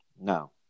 No